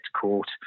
court